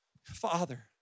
Father